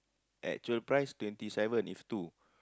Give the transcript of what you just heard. actual price twenty seven if two